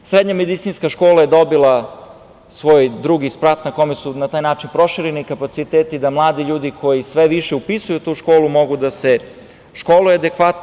Srednja medicinska škola je dobila svoj drugi sprat i na taj način su prošireni kapaciteti i mladi ljudi koji sve više upisuju tu školu mogu da se školuje adekvatno.